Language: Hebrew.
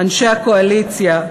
אנשי הקואליציה,